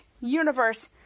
Universe